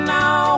now